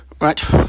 Right